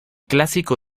clásico